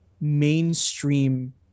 mainstream